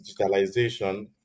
digitalization